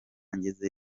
ngeze